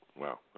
Wow